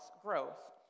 growth